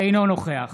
אינו נוכח